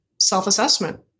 self-assessment